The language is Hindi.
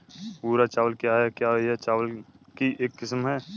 भूरा चावल क्या है? क्या यह चावल की एक किस्म है?